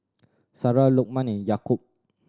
Sarah Lokman Yaakob